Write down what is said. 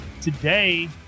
Today